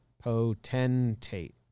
potentate